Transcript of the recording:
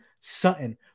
Sutton